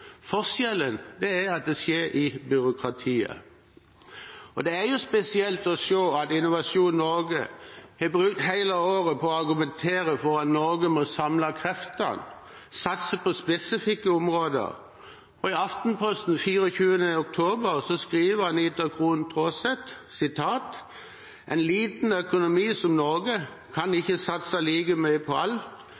Forskjellen er at det skjer i byråkratiet. Det er jo spesielt å se at Innovasjon Norge har brukt hele året på å argumentere for at Norge må samle kreftene og satse på spesifikke områder. I Aftenposten den 24. oktober skriver Anita Krohn Traaseth: «En liten økonomi som Norge kan